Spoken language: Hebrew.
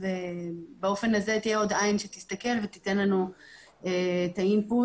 ובאופן כזה תהיה עוד עין שתסתכל ותיתן לנו את האינפוט